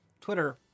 Twitter